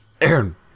Aaron